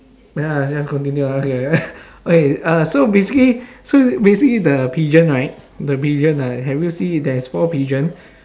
ya just continue okay okay uh so basically so basically the pigeon right the pigeon uh have you see there's four pigeon